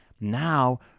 now